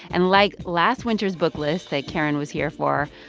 and like last winter's book list that karen was here for,